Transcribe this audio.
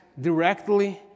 directly